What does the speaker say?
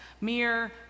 mere